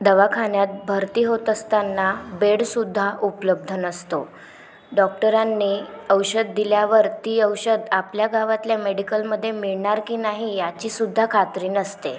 दवाखान्यात भरती होत असताना बेडसुद्धा उपलब्ध नसतो डॉक्टरांनी औषध दिल्यावर ते औषध आपल्या गावातल्या मेडिकलमध्ये मिळणार की नाही याची सुद्धा खात्री नसते